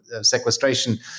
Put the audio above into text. sequestration